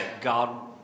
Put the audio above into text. God